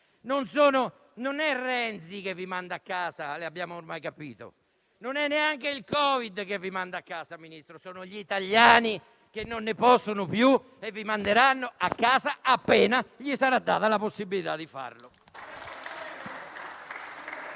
non è Renzi che vi manda a casa, come abbiamo ormai capito; non è neanche il Covid che vi manda a casa: sono gli italiani che non ne possono più e vi manderanno a casa appena gli sarà data la possibilità di farlo.